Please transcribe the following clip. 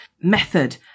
method